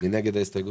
מי נגד ההסתייגות?